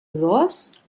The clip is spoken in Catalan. dos